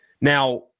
now